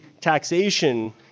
taxation